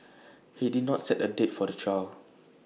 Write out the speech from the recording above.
he did not set A date for the trial